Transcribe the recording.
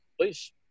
Please